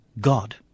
God